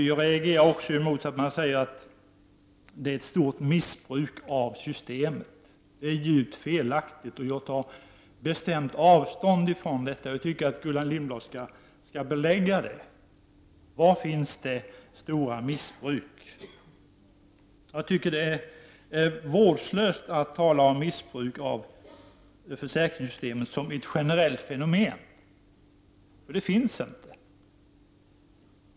Jag reagerar också emot att man säger att det förekommer ett stort missbruk av systemet. Det är djupt felaktigt, och jag tar bestämt avstånd från detta. Jag tycker att Gullan Lindblad skall belägga det. Var finns det stora missbruket? Jag tycker att det är vårdslöst att tala om missbruk av försäkringssystemet som ett generellt fenomen. Det finns inte.